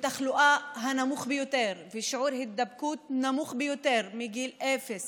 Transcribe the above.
ושיעור תחלואה נמוך ביותר ושיעור הידבקות נמוך ביותר מגיל אפס